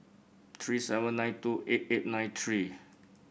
three seven nine two eight eight nine three